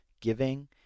giving